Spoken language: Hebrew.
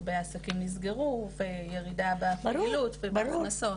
הרבה עסקים נסגרו, נרשמה ירידה בפעילות ובהכנסות.